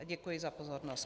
Děkuji za pozornost.